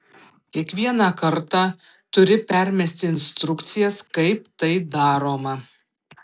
kiekvieną kartą turi permesti instrukcijas kaip tai daroma